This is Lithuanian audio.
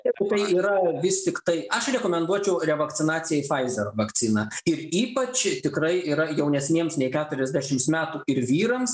tai yra vis tiktai aš rekomenduočiau revakcinacijai faizer vakciną ir ypač ir tikrai yra jaunesniems nei keturiasdešims metų ir vyrams